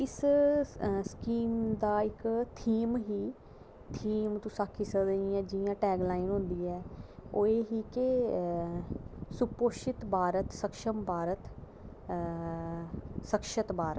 ते इस्सै स्कीम दा इक्क थीम ही थीम तुस आक्खी सकदे जियां टैगलाईन होंदी ऐ ओह् ही के सुपोषित भारत सक्षम भारत सक्षत भारत